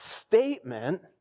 statement